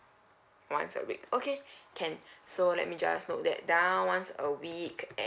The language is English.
once a week okay can so let me just note that down once a week